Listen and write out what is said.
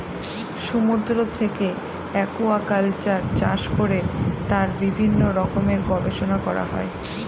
সমুদ্র থেকে একুয়াকালচার চাষ করে তার বিভিন্ন রকমের গবেষণা করা হয়